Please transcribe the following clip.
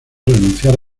renunciar